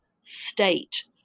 state